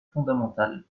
fondamental